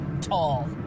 tall